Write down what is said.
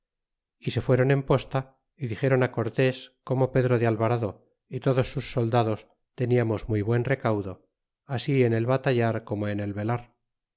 y se fueron en posta y dixeron cortés como pedro de alvarado y todos sus soldados teniamos muy buen recaudo así en el batallar como en el velar